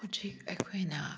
ꯍꯧꯖꯤꯛ ꯑꯩꯈꯣꯏꯅ